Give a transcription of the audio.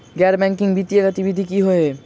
गैर बैंकिंग वित्तीय गतिविधि की होइ है?